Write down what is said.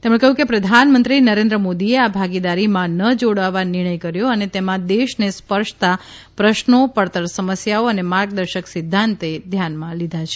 તેમણે કહ્યું કે પ્રધાનમંત્રી નરેન્દ્ર મોદીએ આ ભાગીદારીમાં ન જોડાવા નિર્ણય કર્યો અને તેમાં દેશને સ્પર્શતા પ્રશ્નો પડતર સમસ્યાઓ અને માર્ગદર્શક સિદ્ધાંતે ધ્યાનમાં લીધા છે